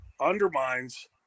undermines